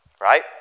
right